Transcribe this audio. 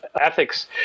ethics